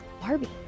Barbie